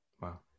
wow